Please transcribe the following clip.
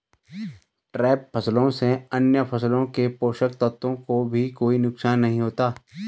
trap फसलों से अन्य फसलों के पोषक तत्वों को भी कोई नुकसान नहीं होता